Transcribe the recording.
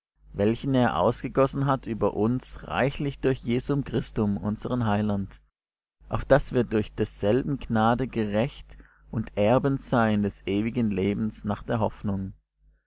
welchen er ausgegossen hat über uns reichlich durch jesum christum unsern heiland auf daß wir durch desselben gnade gerecht und erben seien des ewigen lebens nach der hoffnung